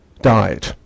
died